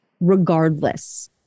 regardless